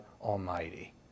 Almighty